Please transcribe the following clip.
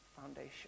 foundation